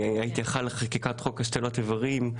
הייתי אחראי על חקיקת חוק השתלות איברים,